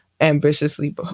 ambitiously